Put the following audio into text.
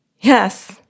yes